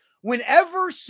Whenever